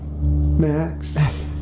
Max